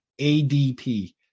ADP